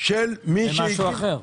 של מי --- זה משהו אחר.